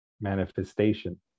manifestation